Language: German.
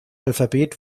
alphabet